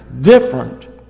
different